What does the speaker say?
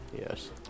Yes